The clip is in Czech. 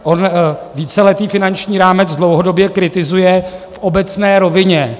On víceletý finanční rámec dlouhodobě kritizuje v obecné rovině.